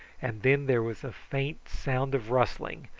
and then there was a faint sound of rustling,